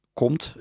komt